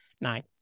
Nine